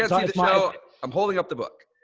you know i'm holding up the book.